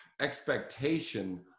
expectation